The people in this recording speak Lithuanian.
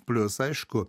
plius aišku